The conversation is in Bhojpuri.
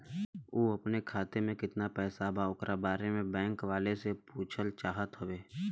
उ अपने खाते में कितना पैसा बा ओकरा बारे में बैंक वालें से पुछल चाहत हवे?